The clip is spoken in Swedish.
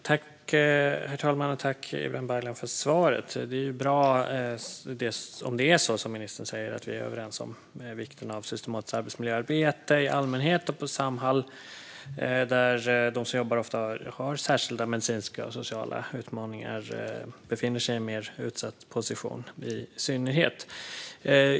Herr talman! Tack, Ibrahim Baylan, för svaret! Det är bra om det är så som ministern säger: att vi är överens om vikten av systematiskt arbetsmiljöarbete i allmänhet och på Samhall, där de som jobbar ofta har särskilda medicinska och sociala utmaningar och befinner sig i en mer utsatt position, i synnerhet.